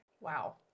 Wow